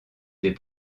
des